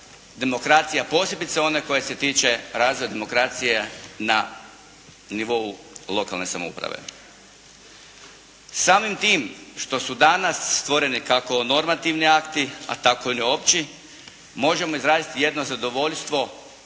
demokracije, a posebice one koja se tiče razvoja demokracije na nivou lokalne samouprave. Samim tim što su danas stvoreni kako normativni akti a tako ili opći možemo izraziti jedno zadovoljstvo